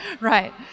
Right